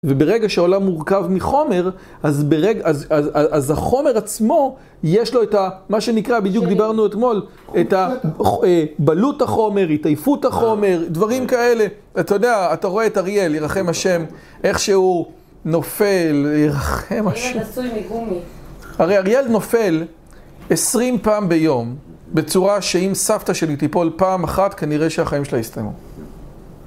וברגע שהעולם מורכב מחומר, אז ברגע... אז החומר עצמו יש לו את ה-, מה שנקרא, בדיוק דיברנו אתמול, את ה... בלות החומר, התעייפות החומר, דברים כאלה. אתה יודע, אתה רואה את אריאל, ירחם השם, איך שהוא נופל, ירחם השם (הילד עשוי מגומי), הרי אריאל נופל 20 פעם ביום, בצורה שאם סבתא שלי תיפול פעם אחת, כנראה שהחיים שלה יסתיימו.